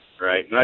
Right